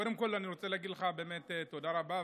קודם כול אני רוצה להגיד לך באמת תודה רבה,